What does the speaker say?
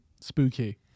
Spooky